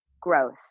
growth